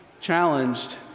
challenged